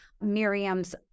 Miriam's